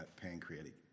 pancreatic